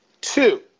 Two